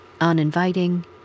uninviting